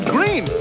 Green